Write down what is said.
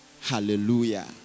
Hallelujah